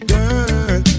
Girl